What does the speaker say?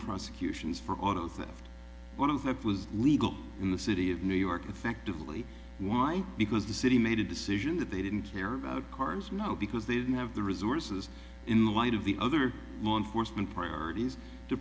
prosecutions for auto theft one of that was legal in the city of new york effectively why because the city made a decision that they didn't care about cars now because they didn't have the resources in light of the other law enforcement priorities to